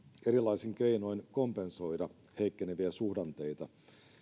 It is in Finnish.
erilaisin keinoin kompensoida heikkeneviä suhdanteita